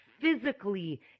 Physically